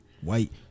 white